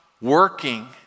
working